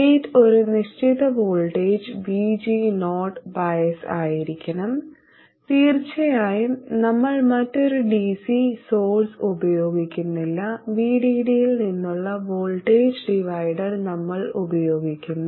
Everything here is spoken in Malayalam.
ഗേറ്റ് ഒരു നിശ്ചിത വോൾട്ടേജ് VG0 ബയസ് ആയിരിക്കണം തീർച്ചയായും നമ്മൾ മറ്റൊരു dc സോഴ്സ് ഉപയോഗിക്കുന്നില്ല VDD യിൽ നിന്നുള്ള വോൾട്ടേജ് ഡിവൈഡർ നമ്മൾ ഉപയോഗിക്കുന്നു